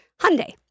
Hyundai